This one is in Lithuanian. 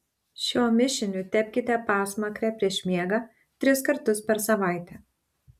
šiuo mišiniu tepkite pasmakrę prieš miegą tris kartus per savaitę